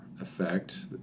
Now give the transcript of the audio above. effect